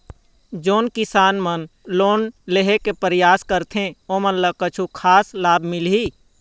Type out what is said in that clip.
जोन किसान मन लोन लेहे के परयास करथें ओमन ला कछु खास लाभ मिलही?